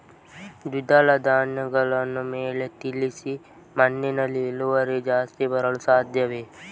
ದ್ವಿದಳ ಧ್ಯಾನಗಳನ್ನು ಮೇಲೆ ತಿಳಿಸಿ ಮಣ್ಣಿನಲ್ಲಿ ಇಳುವರಿ ಜಾಸ್ತಿ ಬರಲು ಸಾಧ್ಯವೇ?